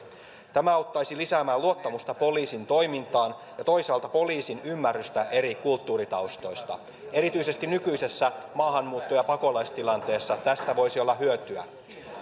tämä auttaisi lisäämään luottamusta poliisin toimintaan ja toisaalta poliisin ymmärrystä eri kulttuuritaustoista erityisesti nykyisessä maahanmuutto ja pakolaistilanteessa tästä voisi olla hyötyä